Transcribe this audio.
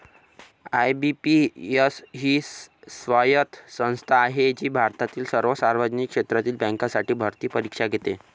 IBPS ही स्वायत्त संस्था आहे जी भारतातील सर्व सार्वजनिक क्षेत्रातील बँकांसाठी भरती परीक्षा घेते